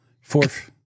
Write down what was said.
fourth